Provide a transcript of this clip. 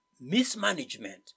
mismanagement